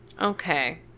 Okay